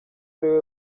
ariwe